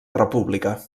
república